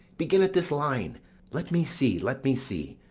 begin at this line let me see, let me see